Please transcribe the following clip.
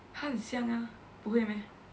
她很像啊不会 meh